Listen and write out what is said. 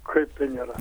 kaip tai nėra